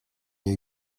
you